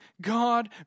God